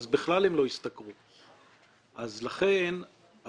אז בכלל הם לא ישתכרו.